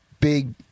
big